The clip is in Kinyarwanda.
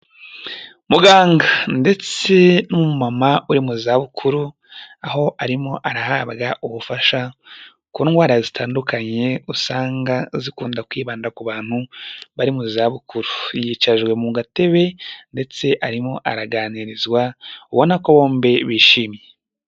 Muganga ndetse n'umumama uri mu zabukuru aho arimo arahabwa ubufasha, ku ndwara zitandukanye usanga zikunda, kwibanda ku bantu bari mu za bukuru yicajwe mu gatebe, ndetse arimo araganirizwa ubona ko bombi bishimye.